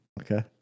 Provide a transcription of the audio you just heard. Okay